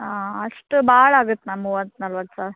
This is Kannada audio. ಅಷ್ಟು ಭಾಳ ಆಗತ್ತೆ ಮ್ಯಾಮ್ ಮೂವತ್ತು ನಲ್ವತ್ತು ಸಾವಿರ